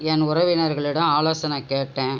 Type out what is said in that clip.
என் உறவினர்களிடம் ஆலோசனை கேட்டேன்